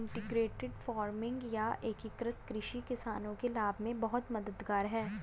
integrated farming या एकीकृत कृषि किसानों के लाभ में बहुत मददगार है